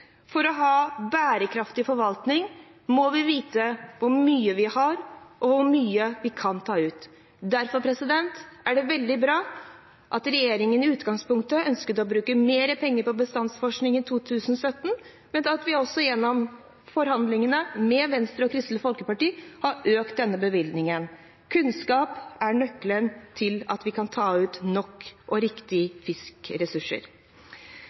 For å ha en bærekraftig forvaltning må vi vite hvor mye vi har, og hvor mye vi kan ta ut. Derfor er det veldig bra at regjeringen i utgangspunktet ønsket å bruke mer penger til bestandsforskning i 2017, og at man også – gjennom forhandlingene med Venstre og Kristelig Folkeparti – øker denne bevilgningen. Kunnskap er nøkkelen til at vi kan ta ut nok og